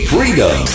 Freedom